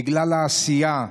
בגלל העשייה,